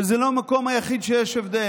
וזה לא המקום היחיד שיש הבדל.